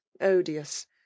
odious